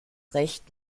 recht